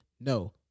No